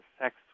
sex